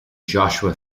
joshua